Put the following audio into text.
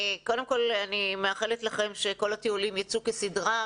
קודם כל אני מאחלת לכם שכל הטיולים ייצאו כסדרם